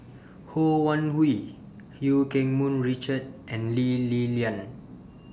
Ho Wan Hui EU Keng Mun Richard and Lee Li Lian